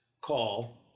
call